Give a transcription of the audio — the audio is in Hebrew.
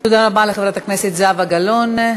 תודה רבה לחברת הכנסת זהבה גלאון.